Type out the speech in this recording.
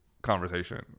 Conversation